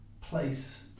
place